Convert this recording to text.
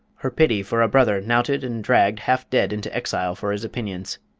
her pity for a brother knouted and dragged half dead into exile for his opinions.